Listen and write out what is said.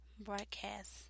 broadcast